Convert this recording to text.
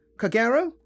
Kagero